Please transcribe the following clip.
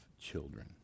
children